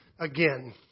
again